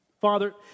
Father